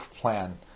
plan